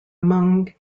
among